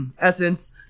essence